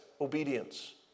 obedience